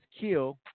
kill